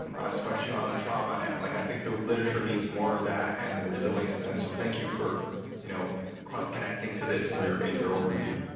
um especially on the trauma and like i think the literature needs more of that and the resilience end, so thank you for you know cross connecting to this in your in your overview.